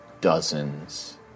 dozens